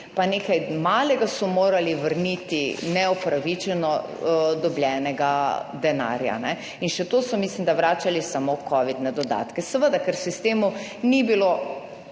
pa nekaj malega so morali vrniti neupravičeno dobljenega denarja, in še to so, mislim, da vračali samo covidne dodatke, seveda, ker v sistemu ni bilo